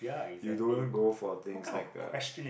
you don't go for things like a